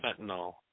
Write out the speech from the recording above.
fentanyl